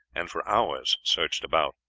and for hours searched about.